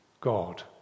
God